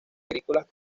agrícolas